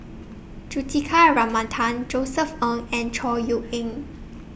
Juthika Ramanathan Josef Ng and Chor Yeok Eng